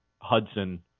Hudson